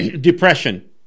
depression